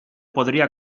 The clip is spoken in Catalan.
podria